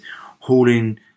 hauling